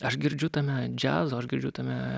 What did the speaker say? aš girdžiu tame džiazo aš girdžiu tame